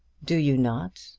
do you not?